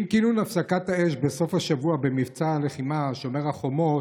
עם כינון הפסקת האש בסוף השבוע במבצע הלחימה שומר החומות,